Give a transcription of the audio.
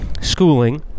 schooling